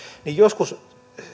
niin joskus